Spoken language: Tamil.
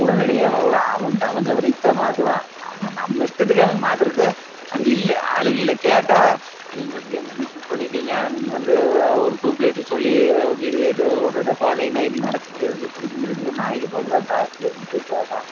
உடனடியாகவும் இல்லை அவன் அவன் சவுகரியத்துக்கு தான் மாற்றுவான் அவன் நம்ம இஷ்டத்துக்கே அவங்க மாற்றுறதுக்கு அங்கே இல்லை ஆளு இல்லை கேட்டால் நீங்கள் வந்து என்னங்க இப்படி பண்ணிட்டிங்க நீங்கள் வந்து ஒரு டூப்லைட்டுக்கு சொல்லி வீதி லைட்டுக்கு ஒரு ரெண்டு குழந்தைங்க நைட்டில் நடக்க முடியறதில்ல புடிக்க முடியறதில்ல நாய்ங்க தொல்லைலாம் ஜாஸ்தி இருக்குதுனு போய் கேட்டால்